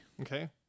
Okay